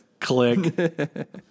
Click